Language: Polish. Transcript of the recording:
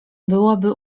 byłoby